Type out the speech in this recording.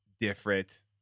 different